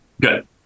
Good